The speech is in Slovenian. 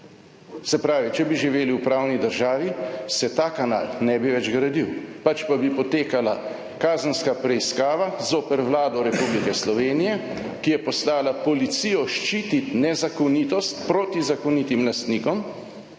Se pravi, če bi živeli v pravni državi, se ta kanal ne bi več gradil, pač pa bi potekala kazenska preiskava zoper Vlado Republike Slovenije, ki je poslala policijo ščititi nezakonitost proti zakonitim lastnikom,